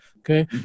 Okay